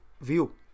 view